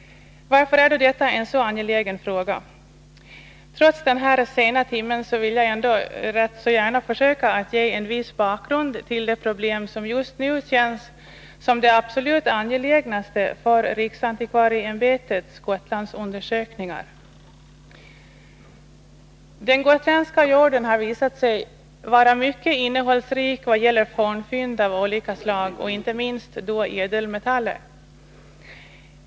Varför är då detta en så angelägen fråga? Trots den sena timmen vill jag gärna försöka ge en viss bakgrund till det problem som just nu känns som det absolut angelägnaste för riksantikvarieämbetets Gotlandsundersökningar. Den gotländska jorden har visat sig vara mycket innehållsrik vad gäller fornfynd av olika slag, inte minst då ädelmetaller.